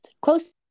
close